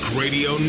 radio